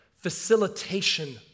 facilitation